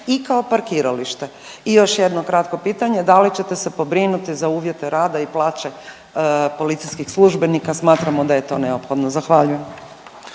i kao parkiralište. I još jedno kratko pitanje, da li ćete se pobrinuti za uvjete rada i plaće policijskih službenika? Smatramo da jet o neophodno. Zahvaljujem.